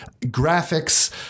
graphics